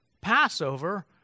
Passover